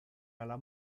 alla